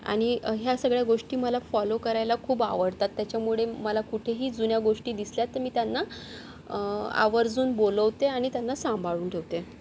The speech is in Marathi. आणि ह्या सगळ्या गोष्टी मला फॉलो करायला खूप आवडतात त्याच्यामुळे मला कुठेही जुन्या गोष्टी दिसल्या तर मी त्यांना आवर्जून बोलवते आणि त्यांना सांभाळून ठेवते